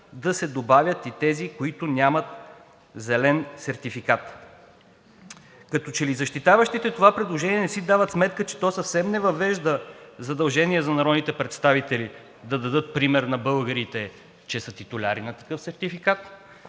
да се добавят и тези, които нямат зелен сертификат. Като че ли защитаващите това предложение не си дават сметка, че то съвсем не въвежда задължения за народните представители да дадат пример на българите, че са титуляри на такъв сертификат,